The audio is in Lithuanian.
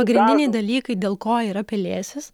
pagrindiniai dalykai dėl ko yra pelėsis